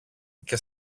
και